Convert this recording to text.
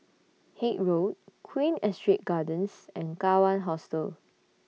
Haig Road Queen Astrid Gardens and Kawan Hostel